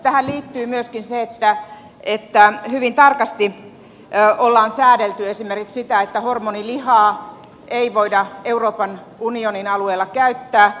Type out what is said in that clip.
tähän liittyy myöskin se että hyvin tarkasti ollaan säädelty esimerkiksi sitä että hormonilihaa ei voida euroopan unionin alueella käyttää